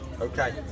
Okay